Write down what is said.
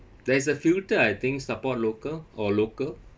there is a filter I think support local or local